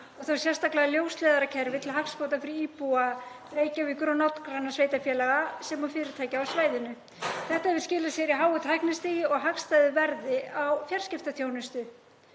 og þá sérstaklega ljósleiðarakerfi til hagsbóta fyrir íbúa Reykjavíkur og nágrannasveitarfélaga sem og fyrirtækja á svæðinu. Þetta hefur skilað sér í háu tæknistigi og hagstæðu verði á fjarskiptaþjónustu.